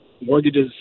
mortgages